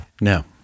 No